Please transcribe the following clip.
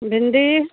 भिन्डी